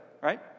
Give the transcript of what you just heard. right